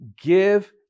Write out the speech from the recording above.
give